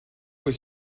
was